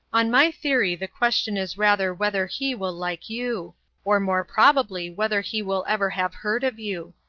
on my theory the question is rather whether he will like you or more probably whether he will ever have heard of you.